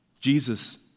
Jesus